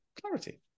clarity